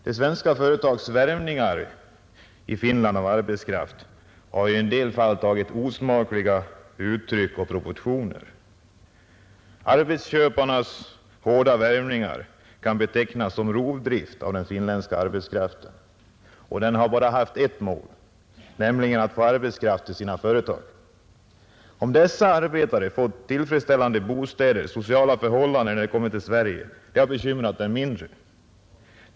De svenska företagens värvningar av arbetskraft i Finland har i en del fall tagit sig osmakliga uttryck och proportioner. Arbetsköparnas hårda värvningar kan betecknas som rovdrift av den finländska arbetskraften och har bara haft ett mål, nämligen att de skulle få arbetskraft till sina företag. Om dessa arbetare kunnat beredas tillfredsställande bostäder och sociala förhållanden i Sverige har bekymrat dem mindre.